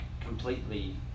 completely